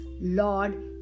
Lord